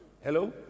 hello